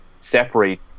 separate